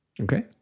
Okay